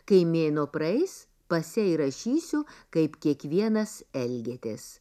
kai mėnuo praeis pase įrašysiu kaip kiekvienas elgėtės